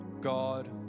God